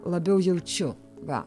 labiau jaučiu va